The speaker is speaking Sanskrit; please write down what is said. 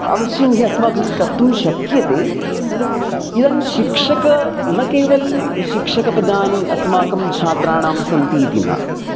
अवश्यं हि अस्माभिः कर्तुं शक्यते इदानीं शिक्षकः न केवलं शिक्षकपदानि अस्माकं छात्राणां सन्ति इति न